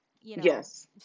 yes